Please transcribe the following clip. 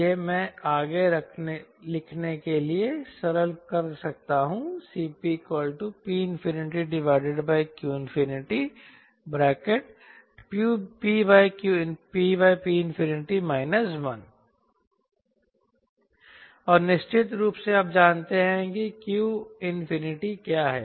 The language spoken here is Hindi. यह मैं आगे लिखने के लिए सरल कर सकता हूं CPPqPP 1 और निश्चित रूप से आप जानते हैं कि q अनन्तता क्या है